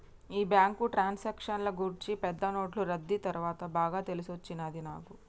ఈ బ్యాంకు ట్రాన్సాక్షన్ల గూర్చి పెద్ద నోట్లు రద్దీ తర్వాత బాగా తెలిసొచ్చినది నాకు